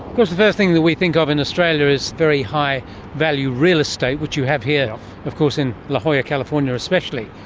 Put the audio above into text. course, the first thing that we think of in australia is very high value real estate, which you have here of course in la jolla, california, especially.